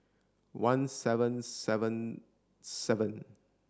one seven seven seven